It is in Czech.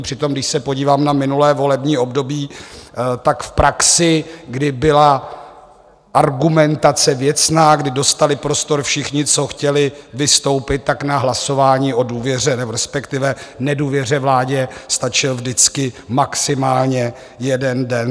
Přitom když se podívám na minulé volební období, tak v praxi, kdy byla argumentace věcná, kdy dostali prostor všichni, co chtěli vystoupit, tak na hlasování o důvěře, respektive nedůvěře vládě stačil vždycky maximálně jeden den.